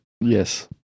Yes